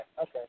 okay